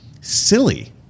silly